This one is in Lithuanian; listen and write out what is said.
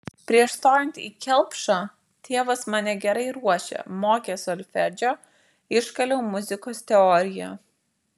prieš stojant į kelpšą tėvas mane gerai ruošė mokė solfedžio iškaliau muzikos teoriją